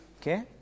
Okay